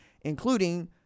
including